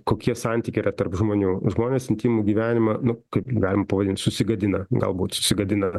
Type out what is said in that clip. kokie santykiai yra tarp žmonių žmonės intymų gyvenimą nu kaip galim pavadint susigadina galbūt susigadina